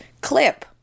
clip